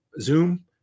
Zoom